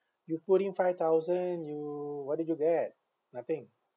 you put in five thousand you what do you get nothing